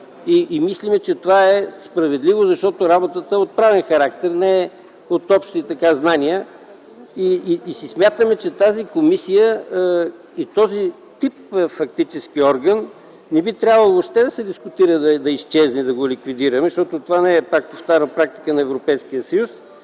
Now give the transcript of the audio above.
Мислим, че това е справедливо, защото работата е от правен характер, не е от общи знания и смятаме, че тази комисия и този тип орган не би трябвало въобще да се дискутира – дали да изчезне, дали да го ликвидираме, защото това не е, пак повтарям, практика на Европейския съюз.